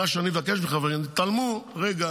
מה שאני מבקש מהחברים, תתעלמו רגע